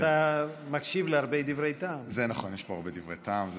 אבל אתה מקשיב להרבה דברי טעם.